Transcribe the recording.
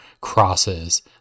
Crosses